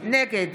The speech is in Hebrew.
נגד